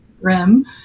Rim